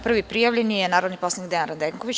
Prvi prijavljeni je narodni poslanik Dejan Radenković.